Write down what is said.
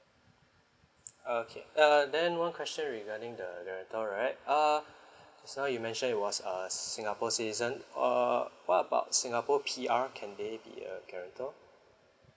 okay uh then one question regarding the guarantor right uh so you mentioned it was a singapore citizen err what about singapore P_R can they be a guarantor